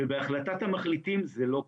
ובהחלטת המחליטים זה לא קורה.